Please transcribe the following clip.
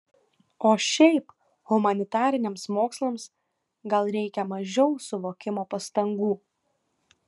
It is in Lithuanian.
o šiaip humanitariniams mokslams gal reikia mažiau suvokimo pastangų